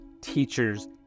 teachers